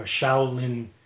Shaolin